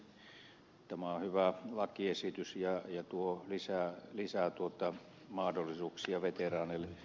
tämä on hyvä lakiesitys ja tuo lisää mahdollisuuksia veteraaneille